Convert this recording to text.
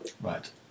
Right